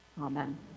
amen